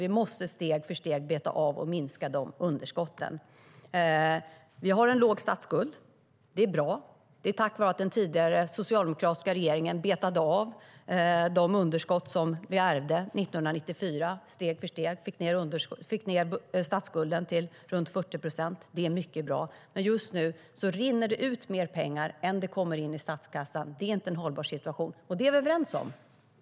Vi måste steg för steg beta av och minska de underskotten. Vi har en låg statsskuld. Det är bra. Det är tack vare att den tidigare socialdemokratiska regeringen betade av de underskott som vi ärvde 1994, steg för steg. Vi fick ned statsskulden till runt 40 procent. Det är mycket bra. Men just nu rinner det ut mer pengar än det kommer in i statskassan. Det är inte en hållbar situation. Det är vi överens om.